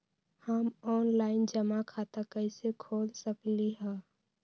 हम ऑनलाइन जमा खाता कईसे खोल सकली ह?